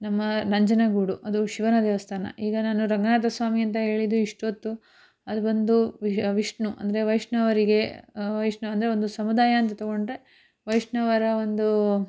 ನಮ್ಮ ನಂಜನಗೂಡು ಅದು ಶಿವನ ದೇವಸ್ಥಾನ ಈಗ ನಾನು ರಂಗನಾಥ ಸ್ವಾಮಿ ಅಂತ ಹೇಳಿದ್ದು ಇಷ್ಟೊತ್ತು ಅದು ಬಂದು ವಿಷ್ಣು ಅಂದರೆ ವೈಷ್ಣವರಿಗೆ ವೈಷ್ಣವ ಅಂದರೆ ಒಂದು ಸಮುದಾಯ ಅಂತ ತಗೊಂಡ್ರೆ ವೈಷ್ಣವರ ಒಂದು